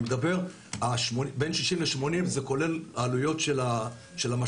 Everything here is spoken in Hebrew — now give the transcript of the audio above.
אני מדבר על בין 80-60 שכולל את העלויות של המשל"ט,